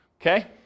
Okay